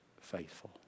faithful